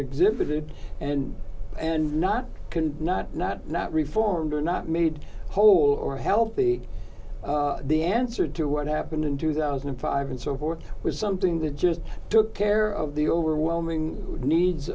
exhibited and and not can not not not reformed or not made whole or healthy the answer to what happened in two thousand and five and so forth was something that just took care of the overwhelming needs